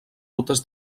rutes